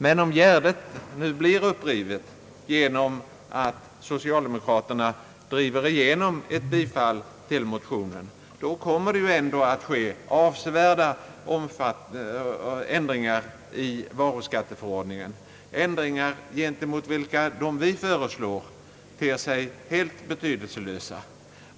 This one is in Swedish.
Men om gärdet nu blir upprivet genom att socialdemokraterna driver igenom ett bifall till reservationen blir det ju ändå avsevärda ändringar i varuskatteförordningen — ändringar gentemot vilka de av oss föreslagna ter sig tämligen betydelselösa.